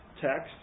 text